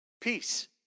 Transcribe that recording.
peace